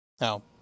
No